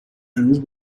هنوزم